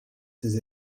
ses